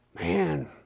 Man